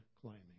climbing